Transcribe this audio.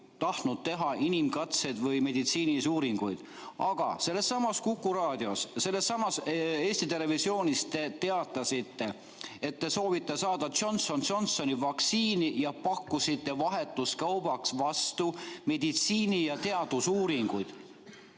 tahtnud teha inimkatseid või meditsiinilisi uuringuid, aga sellessamas Kuku raadios, sellessamas Eesti Televisioonis te teatasite, et te soovite saada Johnsoni & Johnsoni vaktsiini, ning pakkusite vahetuskaubaks vastu meditsiini- ja teadusuuringuid.